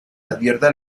advierte